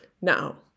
Now